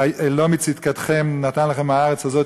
לא מצדקתכם נתן לכם הארץ הזאת,